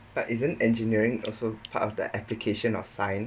but isn‘t engineering also part of the application of science